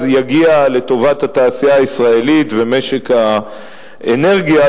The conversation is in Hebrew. יגיע לטובת התעשייה הישראלית ומשק האנרגיה,